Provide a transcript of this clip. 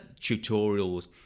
tutorials